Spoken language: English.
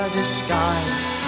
disguise